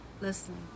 listen